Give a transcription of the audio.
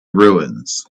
ruins